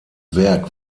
werk